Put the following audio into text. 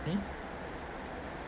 mm